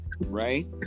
Right